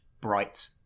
Bright